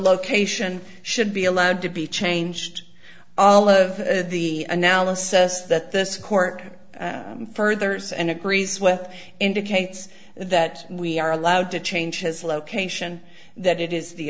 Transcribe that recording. location should be allowed to be changed all of the analysis that this court furthers and agrees with indicates that we are allowed to change his location that it is the